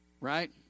Right